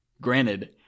granted